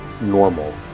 normal